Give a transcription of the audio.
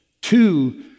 Two